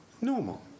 normal